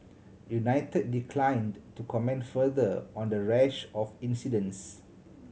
united declined to comment further on the rash of incidents